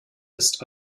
ist